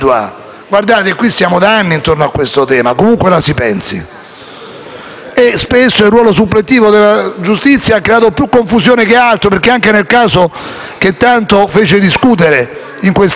e spesso il ruolo suppletivo della giustizia ha creato più confusione che altro. Anche nel caso che tanto fece discutere in quest'Aula e fuori, le sentenze della Cassazione non furono poi così chiare.